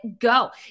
go